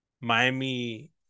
Miami